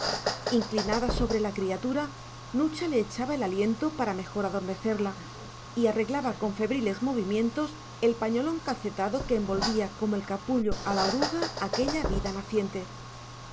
inclinada sobre la criatura nucha le echaba el aliento para mejor adormecerla y arreglaba con febriles movimientos el pañolón calcetado que envolvía como el capullo a la oruga aquella vida naciente